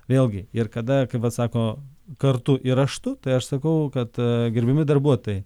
vėlgi ir kada kaip vat sako kartu ir raštu tai aš sakau kad gerbiami darbuotojai